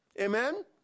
Amen